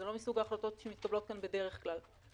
זה לא מסוג ההחלטות שמתקבלות כאן בדרך כלל,